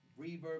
reverb